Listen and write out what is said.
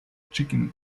chicken